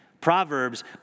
Proverbs